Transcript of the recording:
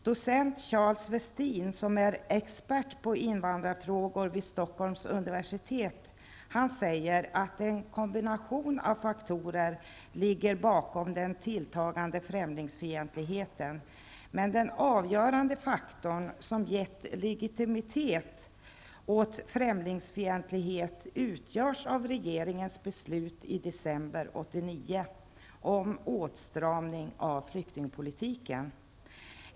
Docent Charles Westin, som är expert på invandrarfrågor vid Stockholms universitet, säger att en kombination av faktorer ligger bakom den tilltagande främlingsfientligheten. Men den avgörande faktorn, som gett legitimitet åt främlingsfientligheten, utgörs av regeringens beslut i december 1989 om åtstramning av flyktingpolitiken.